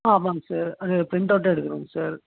ஆமாங்க சார் அது பிரிண்ட் அவுட்டாக எடுக்கணுங்க சார்